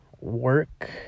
work